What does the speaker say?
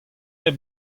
hep